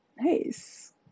Nice